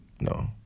no